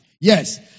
Yes